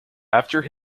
after